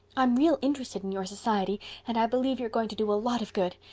i'm real interested in your society and i believe you're going to do a lot of good.